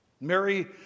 Mary